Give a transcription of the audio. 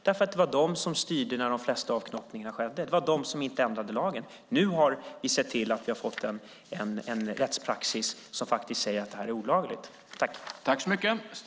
Det var nämligen de som styrde när de flesta avknoppningar skedde. Det var de som inte ändrade lagen. Nu har vi sett till att vi har fått en rättspraxis som faktiskt säger att detta är olagligt.